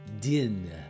Din